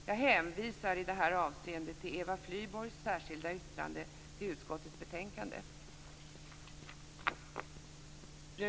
Jag hänvisar i detta avseende till Eva Flyborgs särskilda yttrande till utskottets betänkande.